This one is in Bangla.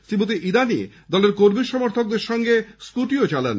শ্রীমতী ইরানি দলের কর্মী সমর্থকদের সঙ্গে স্কুটিও চালান